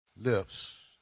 lips